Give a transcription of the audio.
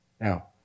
Now